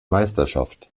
meisterschaft